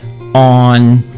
on